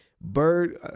bird